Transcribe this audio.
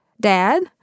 Dad